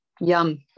yum